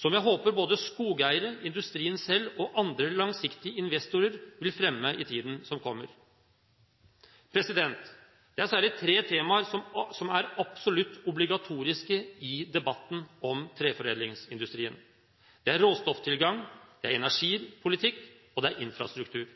som jeg håper både skogeierne, industrien selv og andre langsiktige investorer vil fremme i tiden som kommer. Det er særlig tre temaer som er absolutt obligatoriske i debatten om treforedlingsindustrien. Det er råstofftilgang, energipolitikk og infrastruktur.